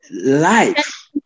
life